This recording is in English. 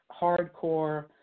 hardcore